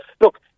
look